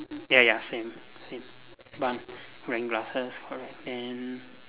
ya ya same same bun wearing glasses correct then